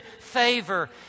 favor